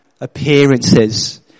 appearances